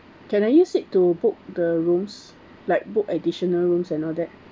can I use it to book the rooms like book additional rooms and all that